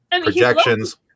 projections